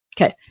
Okay